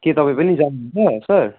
के तपाईँ पनि जानुहुन्छ सर